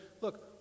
look